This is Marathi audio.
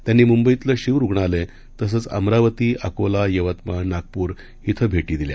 त्यांनीमुंबईतलंशीवरुग्णालय तसंचअमरावती अकोला यवतमाळ नागपूरश्वभेटीदिल्या